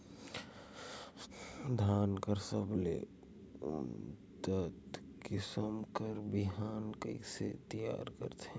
धान कर सबले उन्नत किसम कर बिहान कइसे तियार करथे?